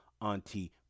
auntie